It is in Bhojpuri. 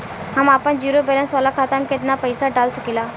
हम आपन जिरो बैलेंस वाला खाता मे केतना पईसा डाल सकेला?